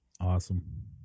Awesome